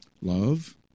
Love